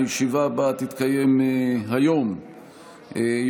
הישיבה הבאה תתקיים היום,